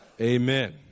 Amen